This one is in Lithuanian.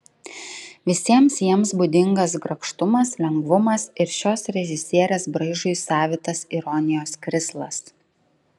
visiems jiems būdingas grakštumas lengvumas ir šios režisierės braižui savitas ironijos krislas